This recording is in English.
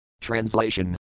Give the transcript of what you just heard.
Translation